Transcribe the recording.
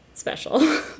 Special